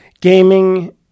gaming